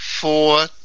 four